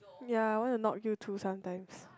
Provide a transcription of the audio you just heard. ya I want to knock you too sometimes